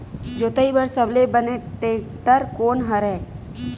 जोताई बर सबले बने टेक्टर कोन हरे?